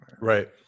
Right